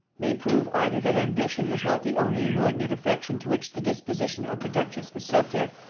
may prove, either that ambition was not the only inordinate affection to which the disposition of the duchess was subject,